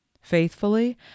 Faithfully